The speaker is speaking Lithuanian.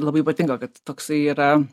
labai patinka kad toksai yra